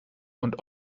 und